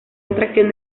atracción